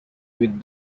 with